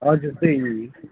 हजुर त्यही